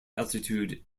altitude